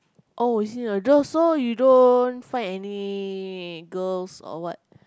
oh is it oh so you don't find any girls or what